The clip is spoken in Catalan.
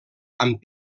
amb